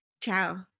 Ciao